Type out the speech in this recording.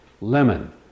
lemon